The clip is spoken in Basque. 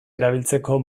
erabiltzeko